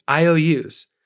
IOUs